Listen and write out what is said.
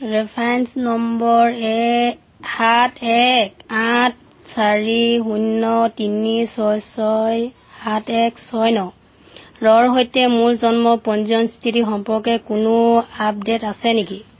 reference number এক সাত এক আঠ চাৰি শূন্য তিনি ছয় ছয় সাত এক ছয় নৰ সৈতে মোৰ জন্ম পঞ্জীয়ন স্থিতি সম্পৰ্কে কোনো আপডেট আছে নেকি